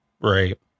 Right